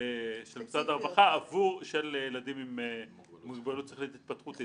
לאוטיסטים והאגף לאנשים עם מוגבלות שכלית התפתחותית